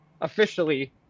officially